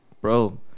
bro